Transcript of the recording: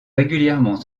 régulièrement